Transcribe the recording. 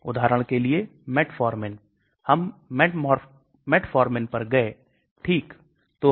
तुम कुछ दवाएं भोजन द्वारा अवशोषित हो सकती हैं औरया उन्हें GI membrane से गुजरने से रोका जा सकता है